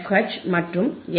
H மற்றும் F